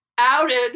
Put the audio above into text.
Outed